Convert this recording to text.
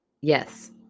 Yes